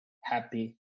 happy